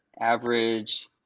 average